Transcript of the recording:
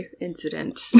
incident